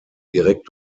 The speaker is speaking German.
direkt